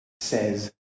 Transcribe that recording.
says